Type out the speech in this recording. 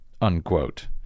unquote